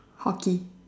hockey